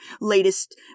latest